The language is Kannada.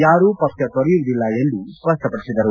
ಯಾರೂ ಪಕ್ಷ ತೊರೆಯುವುದಿಲ್ಲ ಎಂದು ಸ್ಪಷ್ಟಪಡಿಸಿದರು